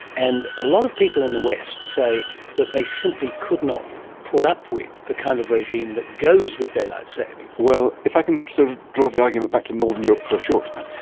and a lot of people in the west say that they simply could not put up with the kind of regime that goes with daylight saving. well, if i can sort of draw the argument back to northern europe for a short time.